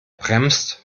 bremst